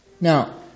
Now